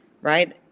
right